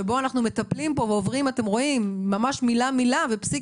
שאנחנו מטפלים בו ממש מילה מילה ופסיק